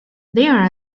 there